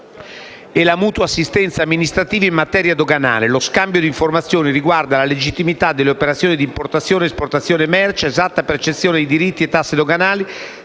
e la mutua assistenza amministrativa in materia doganale. Lo scambio di informazioni riguarda la legittimità delle operazioni di importazione ed esportazione delle merci, è esatta percezione di diritti e tasse doganali